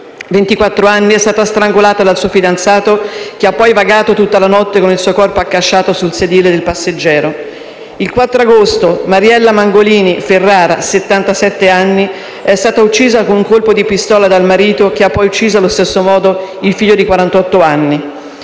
anni, è stata strangolata dal suo fidanzato, che ha poi vagato tutta la notte con il suo corpo accasciato sul sedile del passeggero. Il 4 agosto a Ferrara, Mariella Mangolini, di settantasette anni, è stata uccisa con un colpo di pistola dal marito, che ha poi ucciso allo stesso modo il figlio di